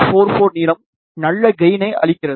44 நீளம் நல்ல கெயினை அளிக்கிறது